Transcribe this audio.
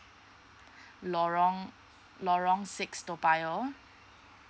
lorong lorong six toa payoh